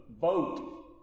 vote